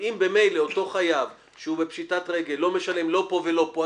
אם ממילא אותו חייב שהוא בפשיטת רגל לא משלם לא פה ולא פה,